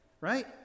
right